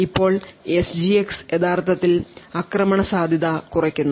ഇപ്പോൾ എസ്ജിഎക്സ് യഥാർത്ഥത്തിൽ ആക്രമണ സാധ്യത കുറയ്ക്കുന്നു